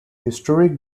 historic